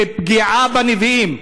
זו פגיעה בנביאים.